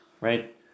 right